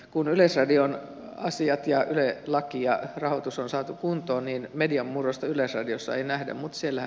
kun yleisradion asiat ja yle laki ja rahoitus on saatu kuntoon ei median murrosta yleisradiossa ei nähdä sillä